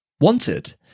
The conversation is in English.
wanted